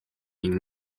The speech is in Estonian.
ning